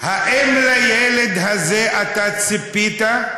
האם לילד הזה ציפית?